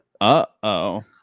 Uh-oh